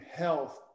health